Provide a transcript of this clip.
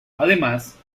además